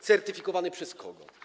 Certyfikowany przez kogo?